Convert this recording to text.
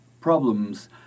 problems